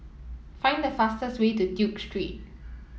find the fastest way to Duke Street